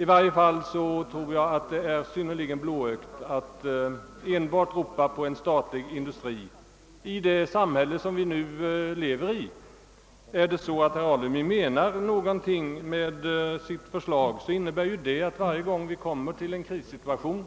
I varje fall tror jag att det är synnerligen blåögt att enbart ropa på en statlig industri i det samhälle som vi lever i. Om herr Alemyr har någon tanke bakom sitt förslag skulle det vara, att man varje gång det uppstår en krissituation